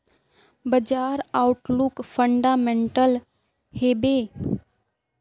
बाजार outlook fundamental हैवै?